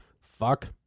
Fuck